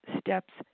steps